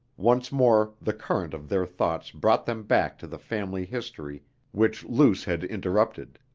once more the current of their thoughts brought them back to the family history which luce had interrupted.